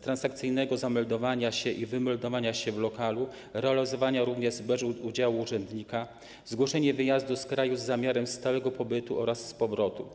transakcyjnego zameldowania się w lokalu i wymeldowania się z lokalu, realizowana w systemie bez udziału urzędnika, zgłoszenie wyjazdu z kraju z zamiarem stałego pobytu oraz powrotu.